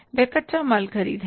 वह कच्चा माल ख़रीद है